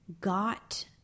got